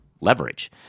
leverage